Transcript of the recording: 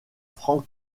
frank